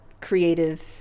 creative